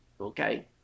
Okay